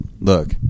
Look